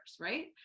Right